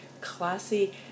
classy